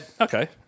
Okay